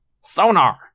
Sonar